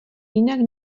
jinak